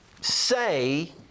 say